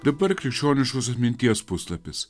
dabar krikščioniškos atminties puslapis